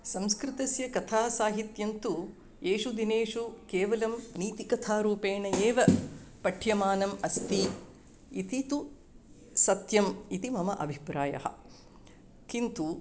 संस्कृतस्य कथा साहित्यं तु येषु दिनेषु केवलं नीतिकथारूपेण एव पठ्यमानम् आस्ति इति तु सत्यम् इति मम अभिप्रायः किन्तु